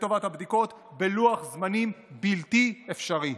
לטובת הבדיקות בלוח זמנים בלתי אפשרי.